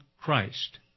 Christ